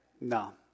no